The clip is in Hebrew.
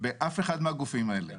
באף אחד מהגופים האלה.